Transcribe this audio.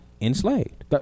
enslaved